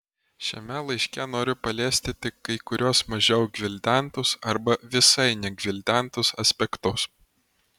šiame laiške noriu paliesti tik kai kuriuos mažiau gvildentus arba visai negvildentus aspektus